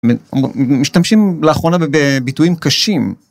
משתמשים לאחרונה ב בביטויים קשים.